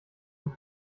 und